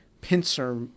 pincer